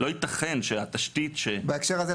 לא ייתכן שהתשתית ש- -- בהקשר הזה,